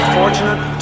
fortunate